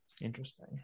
Interesting